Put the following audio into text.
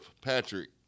Patrick